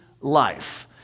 life